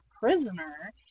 prisoner